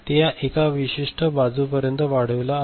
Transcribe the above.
तो या एका विशिष्ट बाजूपर्यंत वाढवीला आहे